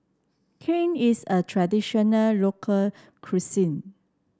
Kheer is a traditional local cuisine